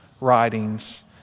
writings